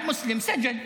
בנק לשעבר, מנכ"ל עירייה.